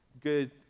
good